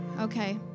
Okay